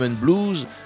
Blues